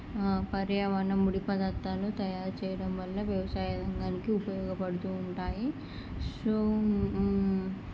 పర్యావరణ ముడిపదార్థాలు తయారు చేయడం వలన వ్యవసాయ రంగానికి ఉపయోగపడుతూ ఉంటాయి సో